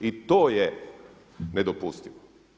I to je nedopustivo.